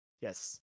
Yes